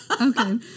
okay